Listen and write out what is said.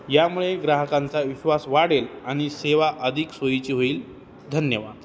यामुळे ग्राहकांचा विश्वास वाढेल आणि सेवा अधिक सोयीची होईल धन्यवाद